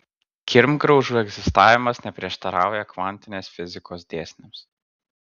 kirmgraužų egzistavimas neprieštarauja kvantinės fizikos dėsniams